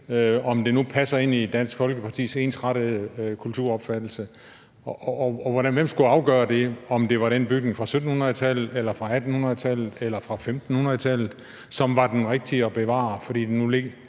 om det nu passer ind i Dansk Folkepartis ensrettede kulturopfattelse. Og hvem skulle afgøre, om det var den bygning fra 1700-tallet, fra 1800-tallet eller fra 1500-tallet, som var den rigtige at bevare? Det er egentlig en